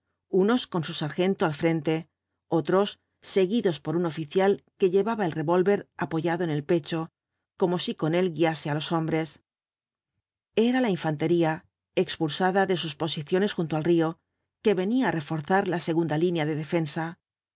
unos con su sargento al frente otros seguidos por un oficial que llevaba el revólver apoyado en el pecho como si con él guiase á los hombres era la infantería expulsada de sus posiciones junto al río que venía á reforzar la segunda línea de defensa